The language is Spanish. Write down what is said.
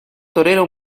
torero